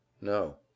No